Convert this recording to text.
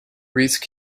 reese